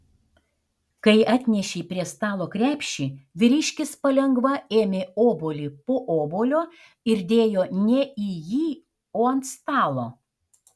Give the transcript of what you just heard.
kai atnešei prie stalo krepšį vyriškis palengva ėmė obuolį po obuolio ir dėjo ne į jį o ant stalo